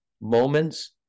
moments